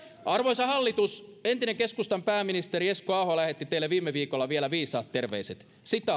arvoisa hallitus entinen keskustan pääministeri esko aho lähetti teille viime viikolla vielä viisaat terveiset